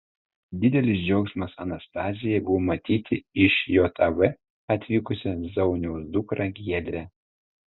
didelis džiaugsmas anastazijai buvo matyti iš jav atvykusią zauniaus dukrą giedrę